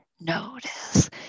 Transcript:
notice